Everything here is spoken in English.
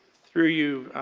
through you,